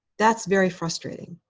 that's very frustrating,